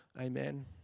Amen